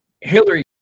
hillary